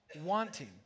wanting